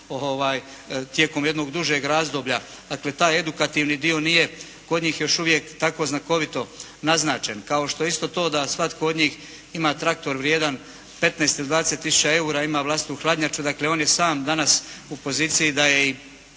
tijekom jednog dužeg razdoblja. Dakle, taj edukativni dio nije kod njih još uvijek tako znakovito naznačen, kao što isto to da svatko od njih ima traktor vrijedan 15 ili 20 tisuća eura, ima vlastitu hladnjaču. Dakle, on je sam danas u poziciji da je i